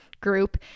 group